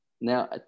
now